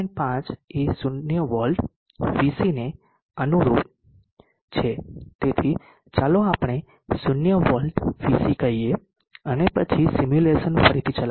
5 એ 0 volt VC ને અનુરૂપ છે તેથી ચાલો આપણે 0 વોલ્ટ VC કહીએ અને પછી સિમ્યુલેશન ફરીથી ચલાવો